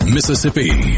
Mississippi